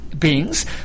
beings